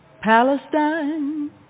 Palestine